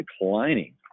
declining